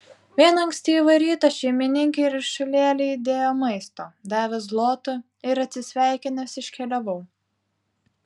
vieną ankstyvą rytą šeimininkė į ryšulėlį įdėjo maisto davė zlotų ir atsisveikinęs iškeliavau